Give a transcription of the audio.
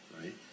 Right